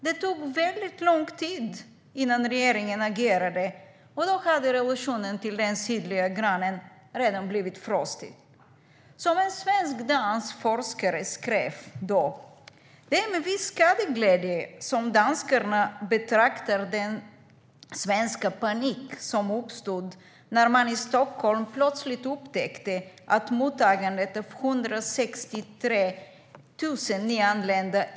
Det tog väldigt lång tid innan regeringen agerade, och då hade relationen till den sydliga grannen redan blivit frostig. Som en svensk-dansk forskare skrev då: "Det är med viss skadeglädje danskarna betraktar den svenska panik som uppstod när man i Stockholm plötsligen upptäckte att mottagandet av 163 000 nyanlända .